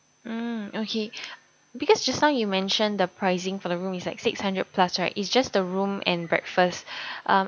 mm okay because just now you mentioned the pricing for the room is like six hundred plus right it's just the room and breakfast um